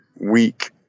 weak